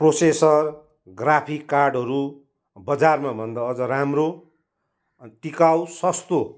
processor graphic कार्डहरू बजारमाभन्दा अझ राम्रो टिकाउ सस्तो